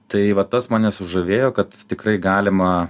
tai va tas mane sužavėjo kad tikrai galima